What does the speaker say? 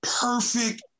perfect